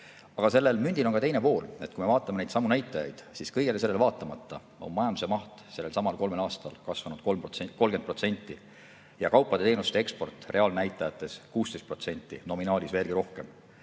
Aga sellel mündil on ka teine pool. Kui me vaatame [põhilisi] näitajaid, siis kõigele sellele vaatamata on majanduse maht neil kolmel aastal kasvanud 30% ja kaupade ja teenuste eksport reaalnäitajates 16%, nominaalis veelgi rohkem.